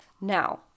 Now